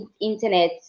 internet